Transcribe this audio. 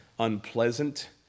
unpleasant